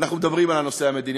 אנחנו מדברים על הנושא המדיני.